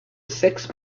sex